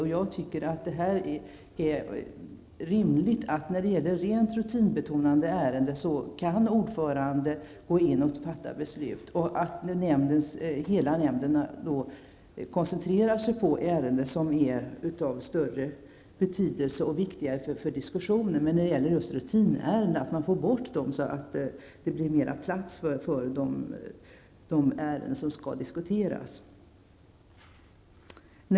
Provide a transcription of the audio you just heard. Och jag anser att det är rimligt att ordföranden kan gå in och fatta beslut i rent rutinbetonade ärenden och att hela nämnden i stället koncentrerar sig på ärenden som är av större betydelse och som det är viktigare att ta upp till diskussion. Om man får bort dessa rutinärenden blir det mer plats för de ärenden som behöver diskuteras.